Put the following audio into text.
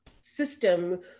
system